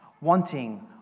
Wanting